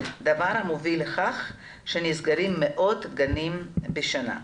דבר המוביל לכך שנסגרים מאות גנים בשנה.